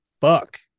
fuck